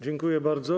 Dziękuję bardzo.